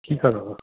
ठीकु आहे दादा